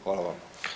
Hvala vam.